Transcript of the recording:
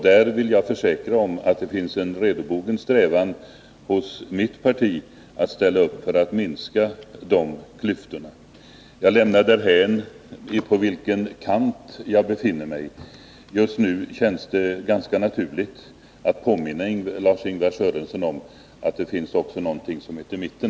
Jag vill försäkra att det inom mitt parti finns en redlig strävan att ställa upp för att minska dessa klyftor. Jag lämnar därhän på vilken kant jag befinner mig, vänster eller höger. Just nu känns det ganska naturligt att påminna Lars-Ingvar Sörenson om att det också finns någonting som heter mitten.